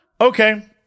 Okay